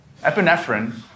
Epinephrine